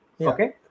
Okay